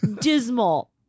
Dismal